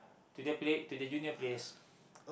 to the play to the junior players